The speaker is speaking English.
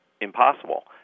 impossible